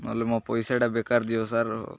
ନହେଲେ ମୋ ପଇସାଟା ବେକାର ଯିବ ସାର୍